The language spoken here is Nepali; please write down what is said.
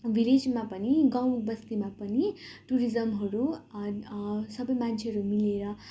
भिलेजमा पनि गाउँबस्तीमा पनि टुरिज्महरू सबै मान्छेहरू मिलेर